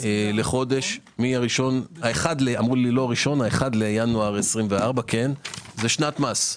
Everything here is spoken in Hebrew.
לחודש מ-1 בינואר 24'. זה שנת מס.